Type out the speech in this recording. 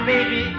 Baby